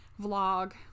vlog